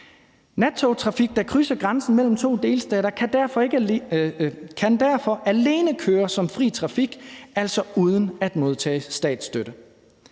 nattogtrafik, der krydser grænsen mellem to delstater, kan derfor alene køre som fri trafik, altså uden at modtage statsstøtte.